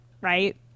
right